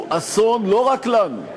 הוא אסון לא רק לנו,